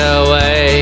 away